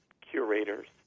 curators